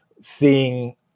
seeing